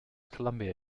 columbia